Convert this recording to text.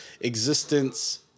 Existence